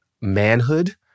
manhood